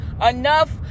Enough